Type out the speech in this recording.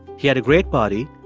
he had a great body,